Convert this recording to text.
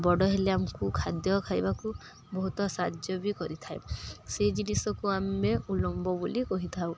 ବଡ଼ ହେଲେ ଆମକୁ ଖାଦ୍ୟ ଖାଇବାକୁ ବହୁତ ସାହାଯ୍ୟ ବି କରିଥାଏ ସେଇ ଜିନିଷକୁ ଆମେ ଉଲମ୍ବ ବୋଲି କହିଥାଉ